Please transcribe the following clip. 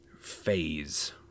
phase